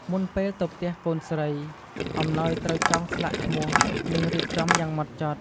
មុនពេលទៅផ្ទះកូនស្រី អំណោយត្រូវចងស្លាកឈ្មោះ និងរៀបចំយ៉ាងម៉ត់ចត់។